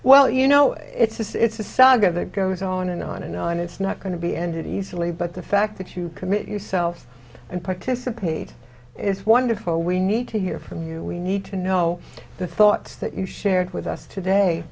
well you know it's a saga that goes on and on and on it's not going to be ended easily but the fact that you commit yourself and participate is wonderful we need to hear from you we need to know the thoughts that you shared with us today